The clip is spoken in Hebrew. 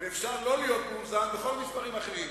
ואפשר להיות לא מאוזן בכל המספרים האחרים.